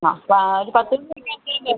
അ അ ഒരു പത്തുമണി കഴിയുമ്പത്തേനും വിളിക്കുവോ